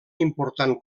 important